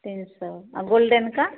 तीन सौ और गोल्डेन का